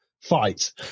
fight